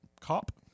Cop